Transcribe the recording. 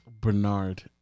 Bernard